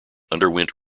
underwent